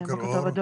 בוקר טוב,